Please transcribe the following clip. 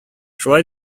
шулай